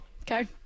Okay